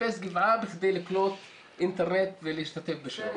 מחפש גבעה כדי לקלוט אינטרנט ולהשתתף בשיעור.